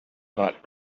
not